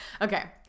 Okay